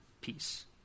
peace